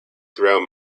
throughout